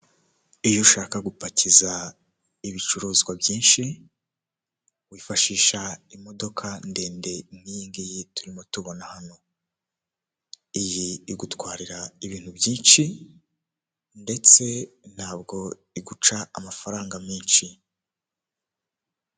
Iyo ushaka gupakiza ibicuruzwa byinshi wifashisha imodoka ndende n'iyi ngiyi turimo tubona hano, iyi igutwarira ibintu byinshi ndetse ntabwo iguca amafaranga menshi.